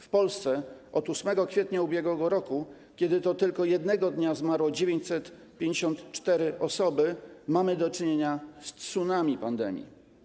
W Polsce od 8 kwietnia ub.r., kiedy to tylko jednego dnia zmarły 954 osoby, mamy do czynienia z tsunami pandemii.